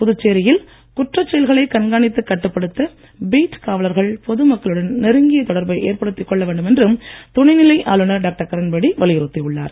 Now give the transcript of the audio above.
புதுச்சேரியில் குற்றச் செயல்களை கண்காணித்துக் கட்டுப்படுத்த பீட் காவலர்கள் பொதுமக்களுடன் நெருங்கிய தொடர்பை ஏற்படுத்திக் கொள்ள வேண்டும் என்று துணைநிலை ஆளுநர் டாக்டர் கிரண்பேடி வலியுறுத்தி உள்ளார்